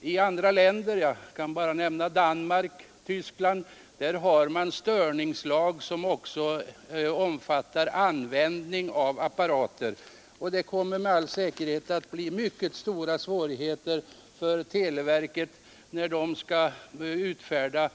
I andra länder — jag kan bara nämna Danmark och Tyskland — har man en störningslag som också omfattar användning av apparater, och det kommer med all säkerhet att bli mycket stora svårigheter för televerket när man skall utfärda